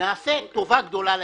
נעשה טובה גדולה לאזרחים.